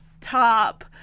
top